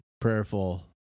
prayerful